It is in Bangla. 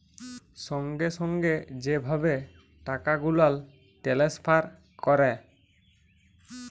সঙ্গে সঙ্গে যে ভাবে টাকা গুলাল টেলেসফার ক্যরে